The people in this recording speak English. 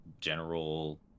general